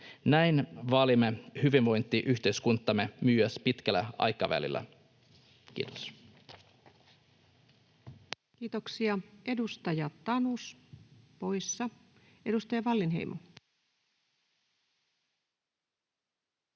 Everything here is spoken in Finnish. Näin vaalimme hyvinvointiyhteiskuntaamme myös pitkällä aikavälillä. — Kiitos. Kiitoksia. — Edustaja Tanus, poissa. — Edustaja Wallinheimo.